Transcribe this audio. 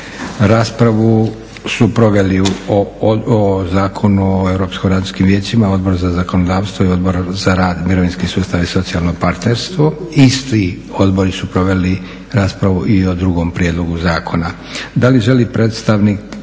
Raspravu su proveli o Zakonu o europskim radničkim vijećima Odbor za zakonodavstvo i Odbor za rad, mirovinski sustav i socijalno partnerstvo. Isti odbori su proveli raspravu i o drugom prijedlogu zakona. Da li želi predstavnik